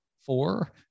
Four